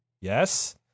Yes